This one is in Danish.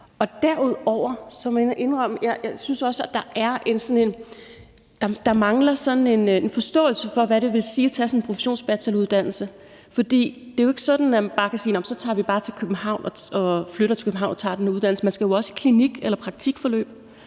jeg også synes, at der mangler en forståelse for, hvad det vil sige at tage sådan en professionsbacheloruddannelse, for det er jo ikke sådan, at man bare kan sige: Nå, så flytter vi bare til København og tager den uddannelse. Man skal jo også i klinik- eller praktikforløb,